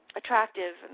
attractive